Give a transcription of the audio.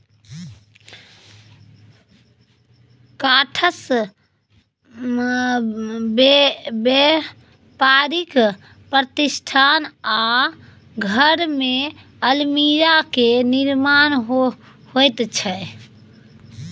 काठसँ बेपारिक प्रतिष्ठान आ घरमे अलमीरा केर निर्माण होइत छै